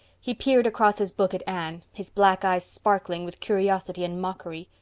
he peered across his book at anne, his black eyes sparkling with curiosity and mockery.